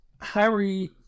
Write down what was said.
Harry